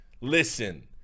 Listen